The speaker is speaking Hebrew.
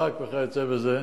השב"כ וכיוצא בזה.